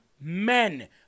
men